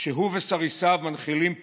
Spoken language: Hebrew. שהוא וסריסיו מנחילים פה.